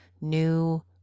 new